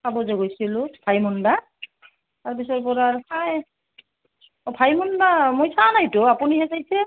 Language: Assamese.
চাব যে গৈছিলোঁ ভাইমন দা তাৰপিছৰ পৰা আৰু চাই অঁ ভাইমন দা মই চোৱা নাইতো আপুনিহে চাইছে